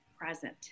present